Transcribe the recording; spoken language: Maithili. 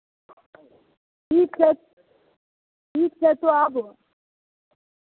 ठीक छै ठीक छै तोँ आबह